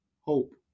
Hope